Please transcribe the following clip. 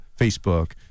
Facebook